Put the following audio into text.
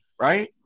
right